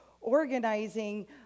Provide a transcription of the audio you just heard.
organizing